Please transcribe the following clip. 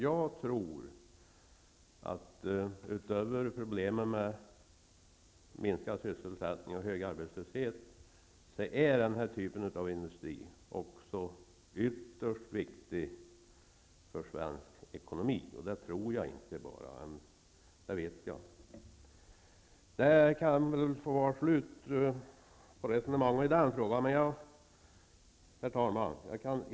Jag tror att trots problemen med minskad sysselsättning och hög arbetslöshet är den typ av industri som finns i Hagfors och Munkfors ytterst viktig för svensk industri. Ja, jag inte bara tror det, utan det vet jag. Därmed kan det väl vara slut på resonemanget i den frågan. Herr talman!